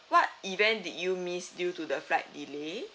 what event did you miss due to the flight delay